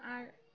আর